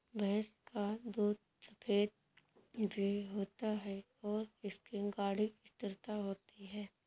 भैंस का दूध सफेद भी होता है और इसकी गाढ़ी स्थिरता होती है